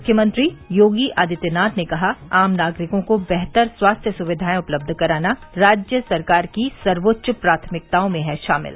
मुख्यमंत्री योगी आदित्यनाथ ने कहा आम नागरिकों को बेहतर स्वास्थ्य सुविधाएं उपलब्ध कराना राज्य सरकार की सर्वोच्च प्राथमिकताओं में है शामिल